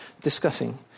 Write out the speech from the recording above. discussing